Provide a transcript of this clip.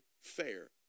fair